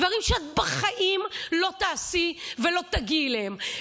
דברים שאת בחיים לא תעשי ולא תגיעי אליהם.